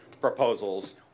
proposals